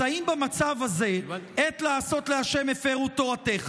אז האם במצב הזה, "עת לעשות לה', הפרו תורתך"